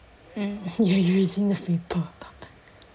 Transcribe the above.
mm you erasing the paper